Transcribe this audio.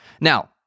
Now